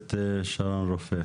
הכנסת שרון רופא.